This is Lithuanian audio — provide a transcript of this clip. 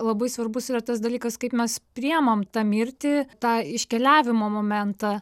labai svarbus yra tas dalykas kaip mes priimam tą mirtį tą iškeliavimo momentą